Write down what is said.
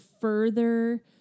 further